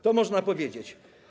To można powiedzieć.